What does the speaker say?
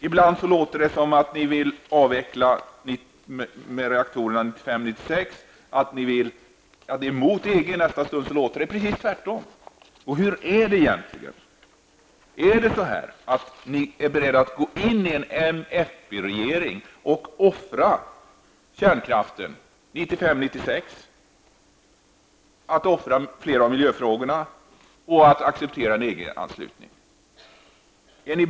Ibland låter det som om ni vill avveckla reaktorerna 1995 96 och flera av miljöfrågorna för en EG-anslutning?